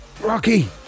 Rocky